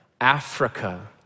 Africa